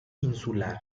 insular